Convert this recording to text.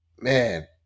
Man